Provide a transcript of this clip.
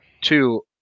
Two